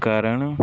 ਕਰਨ